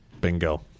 Bingo